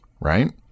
right